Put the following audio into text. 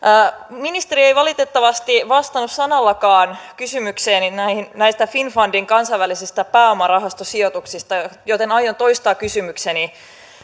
ministeri ei valitettavasti vastannut sanallakaan kysymykseeni näistä finnfundin kansainvälisistä pääomarahastosijoituksista joten aion toistaa kysymykseni